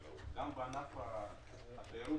גם בענף התיירות,